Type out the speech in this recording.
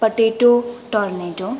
potato tornado